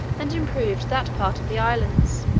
and improved that part of the islands.